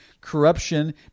Corruption